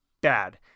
bad